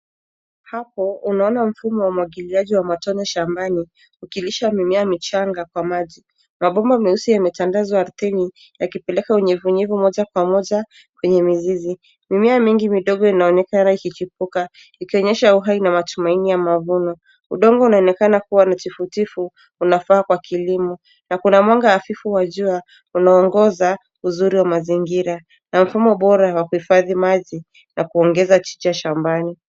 Hapo unaona mfumo wa umwagiliaji wa matone shambani ukilisha mimea michanga kwa maji. Maboma meusi yametandazwa ardhini yakipeleka unyevunyevu moja kwa moja kwenye mizizi. Mimea mingi midogo inaonekana ikichipuka ikionyesha uhai na matumaini ya mavuno. Udongo unaonekana kuwa ni tifutifu unafaa kwa kilimo na kuna mwanga hafifu wa jua unaongoza uzuri wa mazingira na mfumo bora wa kuhifadhi maji na kuongeza chiche shambani.